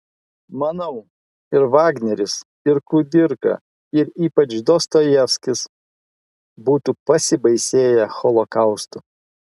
manau ir vagneris ir kudirka ir ypač dostojevskis būtų pasibaisėję holokaustu